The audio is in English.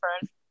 first